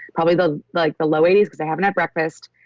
probably the like the low eighty s because i haven't had breakfast,